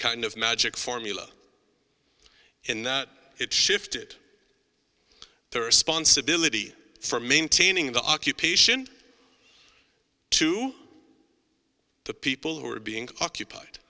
kind of magic formula in that it shifted their responsibility for maintaining the occupation to the people who were being occupied